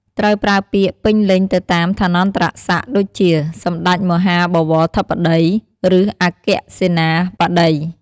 ត្រូវប្រើពាក្យ ពេញលេញទៅតាមឋានន្តរស័ក្តិ ដូចជា សម្តេចមហាបវរធិបតី ឫ អគ្គសេនាបតី។